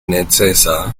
necesa